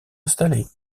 installer